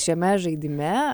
šiame žaidime